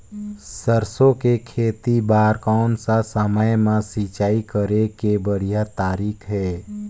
सरसो के खेती बार कोन सा समय मां सिंचाई करे के बढ़िया तारीक हे?